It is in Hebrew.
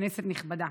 כנסת נכבדה,